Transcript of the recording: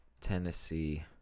Tennessee